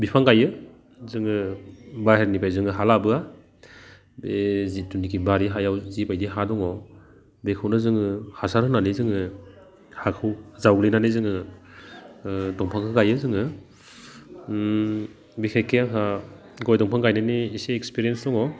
बिफां गायो जोङो बाहेरनिफ्राय जोङो हा लाबोआ बे जिथुनाखि बारि हायाव जिबायदि हा दङ बेखौनो जोङो हासार होनानै हाखौ जावग्लिनानै जोङो ओह दंफांखो गायो जोङो बेखिखे आंहा गय दंफां गायनायनि एसे एक्सपिरेन्स दङ